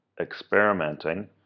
experimenting